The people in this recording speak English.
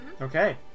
Okay